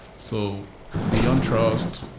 so beyond trust,